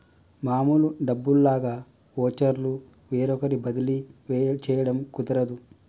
మామూలు డబ్బుల్లాగా వోచర్లు వేరొకరికి బదిలీ చేయడం కుదరదు